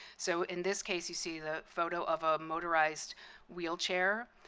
so in this case you see the photo of a motorized wheelchair,